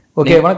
okay